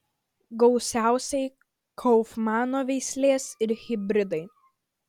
gausiausiai kaufmano veislės ir hibridai